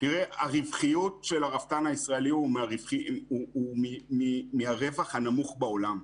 הרווחיות של הרפתן הישראלית היא מהנמוכות בעולם,